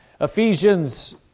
Ephesians